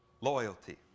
loyalty